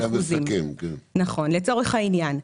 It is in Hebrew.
לצורך העניין,